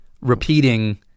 repeating